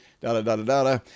da-da-da-da-da